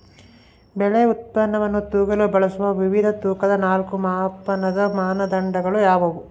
ಬೆಳೆ ಉತ್ಪನ್ನವನ್ನು ತೂಗಲು ಬಳಸುವ ವಿವಿಧ ತೂಕದ ನಾಲ್ಕು ಮಾಪನದ ಮಾನದಂಡಗಳು ಯಾವುವು?